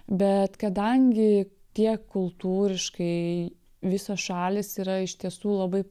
bet kadangi tiek kultūriškai visos šalys yra iš tiesų labai